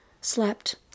slept